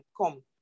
come